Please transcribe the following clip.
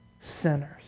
sinners